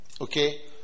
Okay